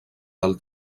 del